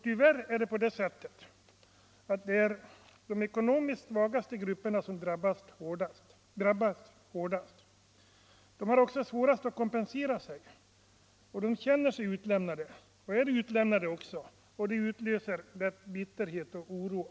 Tyvärr drabbas de ekonomiskt svagaste grupperna hårdast. De har också svårast att kompensera sig och känner sig utlämnade — och de är utlämnade också — vilket av naturliga skäl utlöser bitterhet och oro.